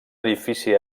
edifici